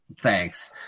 Thanks